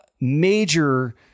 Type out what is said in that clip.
major